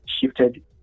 shifted